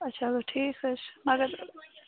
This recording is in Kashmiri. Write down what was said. اَچھا وَلہٕ ٹھیٖک حظ چھُ مگر